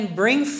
bring